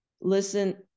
listen